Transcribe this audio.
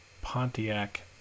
Pontiac